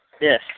Yes